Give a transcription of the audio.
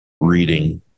reading